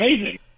amazing